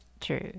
True